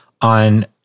on